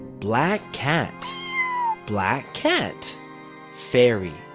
black cat black cat fairy